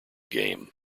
game